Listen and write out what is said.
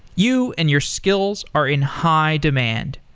you and your skills are in high demand.